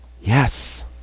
Yes